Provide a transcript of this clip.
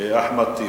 אחמד טיבי.